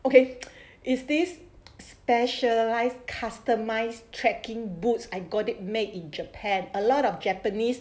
okay is this specialised customised trekking boots I got it made in japan a lot of japanese